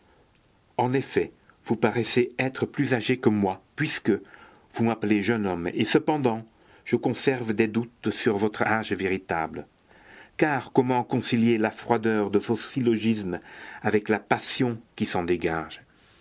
en effet vous paraissez être plus âgé que moi puisque vous m'appelez jeune homme et cependant je conserve des doutes sur votre âge véritable car comment concilier la froideur de vos syllogismes avec la passion qui s'en dégage